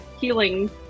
healing